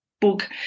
Book